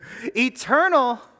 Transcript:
Eternal